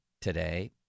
today